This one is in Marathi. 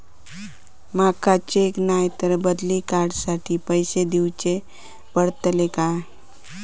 माका चेक नाय तर बदली कार्ड साठी पैसे दीवचे पडतले काय?